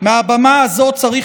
צריך